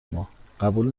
ما، قبول